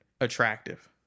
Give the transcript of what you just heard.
attractive